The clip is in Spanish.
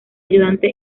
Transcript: ayudante